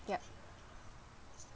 yup